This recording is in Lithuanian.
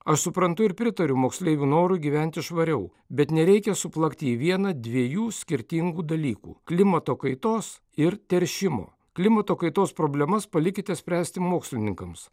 aš suprantu ir pritariu moksleivių norui gyventi švariau bet nereikia suplakti į vieną dviejų skirtingų dalykų klimato kaitos ir teršimo klimato kaitos problemas palikite spręsti mokslininkams